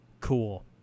Cool